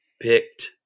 picked